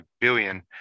billion